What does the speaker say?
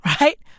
Right